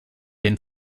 den